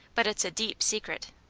but it's a deep secret.